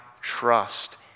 trust